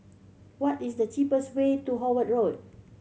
what is the cheapest way to Howard Road